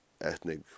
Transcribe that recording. ethnic